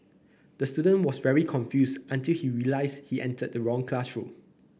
the student was very confused until he realised he entered the wrong classroom